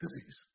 disease